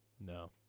no